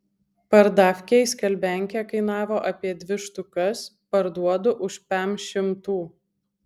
pardavkėj skalbiankė kainavo apie dvi štukas parduodu už pem šimtų